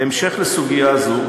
בהמשך לסוגיה זו,